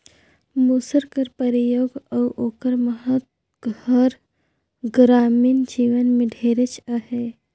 मूसर कर परियोग अउ ओकर महत हर गरामीन जीवन में ढेरेच अहे